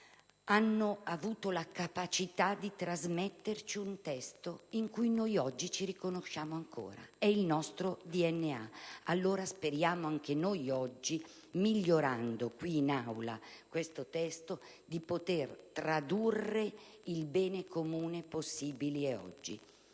hanno avuto la capacità di trasmetterci un testo in cui noi oggi ci riconosciamo ancora (è il nostro DNA), anche noi, oggi, migliorando in Aula questo testo, riusciamo a tradurre il bene comune possibile in